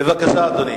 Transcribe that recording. בבקשה, אדוני.